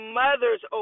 mothers